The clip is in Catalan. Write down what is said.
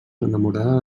enamorada